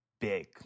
big